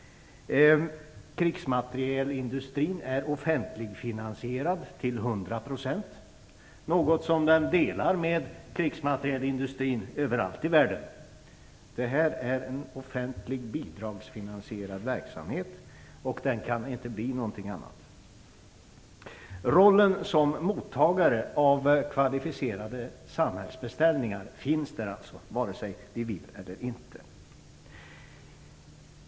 Krigsmaterielindustrin är offentligfinansierad till 100 %, som krigsmaterielindustrin överallt i världen. Det här är en offentlig bidragsfinansierad verksamhet, och den kan inte bli någonting annat. Rollen som mottagare av kvalificerade samhällsbeställningar finns där alltså, vare sig vi vill det eller inte.